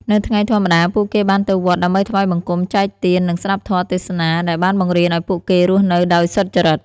នៅថ្ងៃធម្មតា ពួកគេបានទៅវត្តដើម្បីថ្វាយបង្គំ ចែកទាន និងស្តាប់ធម៌ទេសនាដែលបានបង្រៀនឱ្យពួកគេរស់នៅដោយសុចរិត។